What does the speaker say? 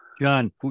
John